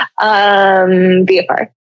VFR